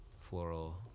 floral